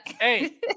Hey